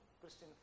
Christian